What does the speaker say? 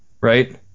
Right